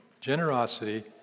Generosity